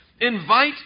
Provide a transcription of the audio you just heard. Invite